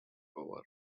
power